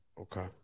okay